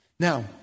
Now